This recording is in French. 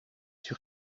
sûr